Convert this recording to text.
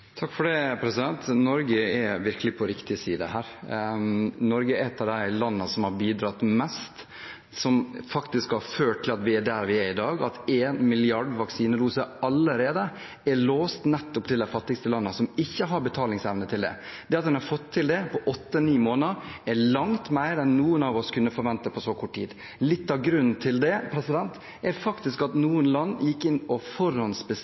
Norge er virkelig på riktig side her. Norge er et av de landene som har bidratt mest, som faktisk har ført til at vi er der vi er i dag, at en milliard vaksinedoser allerede er låst nettopp til de fattigste landene, som ikke har betalingsevne til det. Det at en har fått til det på åtte–ni måneder, er langt mer enn noen av oss kunne forvente på så kort tid. Litt av grunnen til det er at noen land gikk inn og